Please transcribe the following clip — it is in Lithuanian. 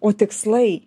o tikslai